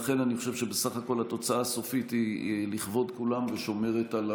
לכן אני חושב שבסך הכול התוצאה הסופית היא לכבוד כולם ושומרת על